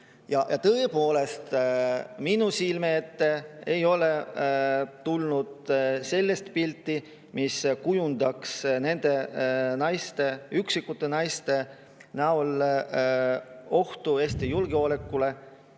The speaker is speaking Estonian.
tõepoolest, minu silme ette ei ole tulnud sellist pilti, mis [näitaks] nende üksikute naiste näol ohtu Eesti julgeolekule